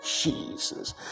Jesus